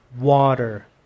water